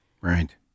Right